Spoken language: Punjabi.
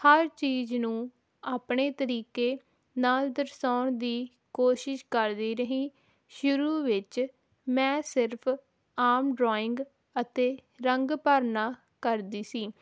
ਹਰ ਚੀਜ਼ ਨੂੰ ਆਪਣੇ ਤਰੀਕੇ ਨਾਲ ਦਰਸਾਉਣ ਦੀ ਕੋਸ਼ਿਸ਼ ਕਰਦੀ ਰਹੀ ਸ਼ੁਰੂ ਵਿੱਚ ਮੈਂ ਸਿਰਫ ਆਮ ਡਰੋਇੰਗ ਅਤੇ ਰੰਗ ਭਰਨਾ ਕਰਦੀ ਸੀ